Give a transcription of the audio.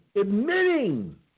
admitting